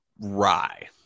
rye